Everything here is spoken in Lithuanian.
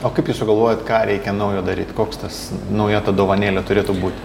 o kaip jūs sugalvojot ką reikia naujo daryt koks tas nauja ta dovanėlė turėtų būti